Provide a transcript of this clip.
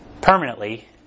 permanently